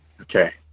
Okay